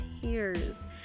tears